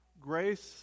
grace